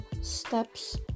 steps